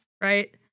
right